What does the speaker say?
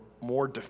more